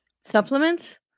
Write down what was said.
Supplements